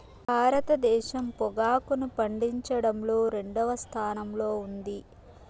భారతదేశం పొగాకును పండించడంలో రెండవ స్థానంలో ఉంది